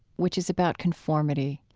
which is about conformity,